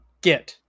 Get